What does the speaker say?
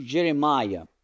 Jeremiah